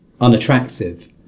unattractive